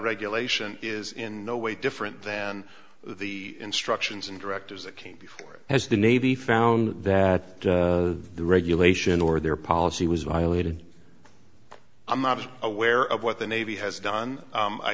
regulation is in no way different than the instructions and directors that came before it as the navy found that the regulation or their policy was violated i'm not aware of what the navy has done